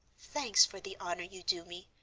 thanks for the honor you do me,